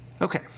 Okay